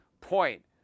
point